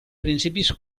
principis